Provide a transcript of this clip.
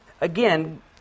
again